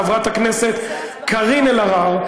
חברת הכנסת קארין אלהרר,